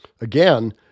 Again